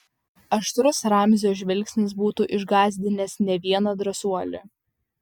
aštrus ramzio žvilgsnis būtų išgąsdinęs ne vieną drąsuolį